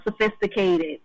sophisticated